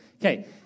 okay